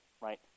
right